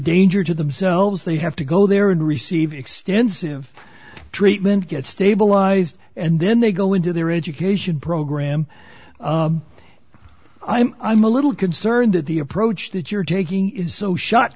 danger to themselves they have to go there and receive extensive treatment get stabilized and then they go into their education program i'm a little concerned that the approach that you're taking is so shot